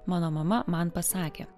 mano mama man pasakė